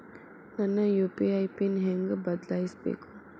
ನನ್ನ UPI PIN ಹೆಂಗ್ ಬದ್ಲಾಯಿಸ್ಬೇಕು?